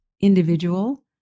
individual